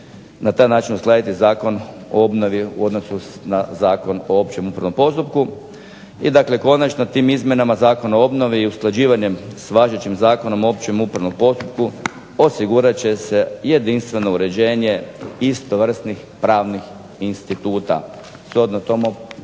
na taj način uskladiti Zakon o obnovi u odnosu na Zakon o općem upravnom postupku. I dakle, konačno tim izmjenama Zakona o obnovi i usklađivanjem s važećim Zakonom o općem upravnom postupku osigurat će se jedinstveno uređenje istovrsnih pravnih instituta.